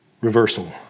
reversal